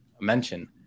mention